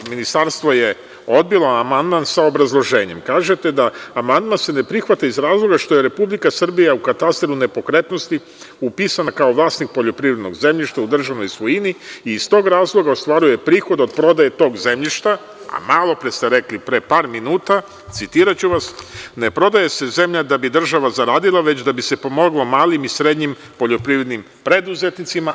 Ministarstvo je odbilo amandman sa obrazloženjem, kažete – amandman se ne prihvata iz razloga što je Republika Srbija u katastru nepokretnosti upisana kao vlasnik poljoprivrednog zemljišta u državnoj svojini i iz tog razloga ostvaruje prihod od prodaje tog zemljišta, a malopre ste rekli, pre par minuta, citiraću vas – ne prodaje se zemlja da bi država zaradila, već da bi se pomoglo malim i srednjim poljoprivrednim preduzetnicima.